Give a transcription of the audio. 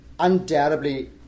Undoubtedly